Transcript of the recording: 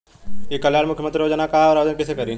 ई कल्याण मुख्यमंत्री योजना का है और आवेदन कईसे करी?